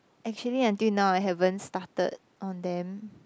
actually until now I haven't started on them